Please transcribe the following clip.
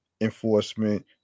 enforcement